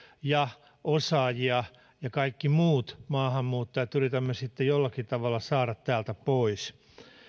ja osaajia ja kaikki muut maahanmuuttajat yritämme sitten jollakin tavalla saada täältä pois